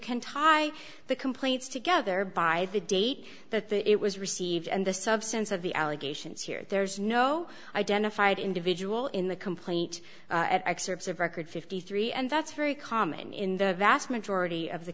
can tie the complaints together by the date that the it was received and the substance of the allegations here there's no identified individual in the complete excerpts of record fifty three dollars and that's very common in the vast majority of the